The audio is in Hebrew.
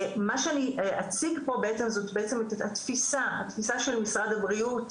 מה שאני אציג פה בעצם זאת התפיסה של משרד הבריאות,